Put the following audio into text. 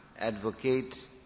advocate